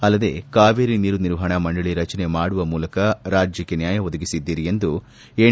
ಅಲ್ಲದೆ ಕಾವೇರಿ ನೀರು ನಿರ್ವಹಣಾ ಮಂಡಳಿ ರಚನೆ ಮಾಡುವ ಮೂಲಕ ರಾಜ್ಯಕ್ಷೆ ನ್ವಾಯ ಒದಗಿಸಿದ್ದೀರಿ ಎಂದು ಎನ್